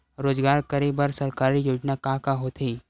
रोजगार करे बर सरकारी योजना का का होथे?